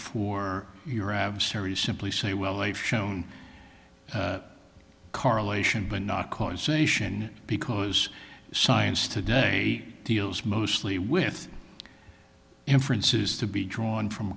for your abs harry simply say well i've shown correlation but not causation because science today deals mostly with inferences to be drawn from